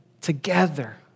together